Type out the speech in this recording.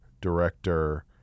director